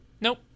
Nope